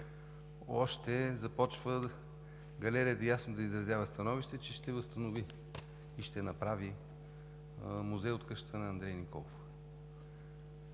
г. започва ясно да изразява становище, че ще възстанови и ще направи музей от къщата на Андрей Николов.